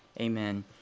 Amen